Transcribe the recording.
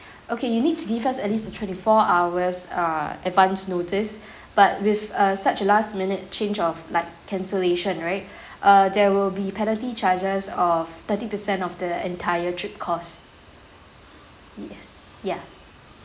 okay you need to give us at least a twenty four hours err advanced notice but with a such a last minute change of like cancellation right uh there will be penalty charges of thirty percent of the entire trip cost yes ya